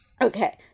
Okay